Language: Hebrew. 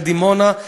בדימונה,